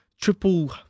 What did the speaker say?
triple